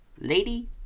Lady